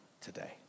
today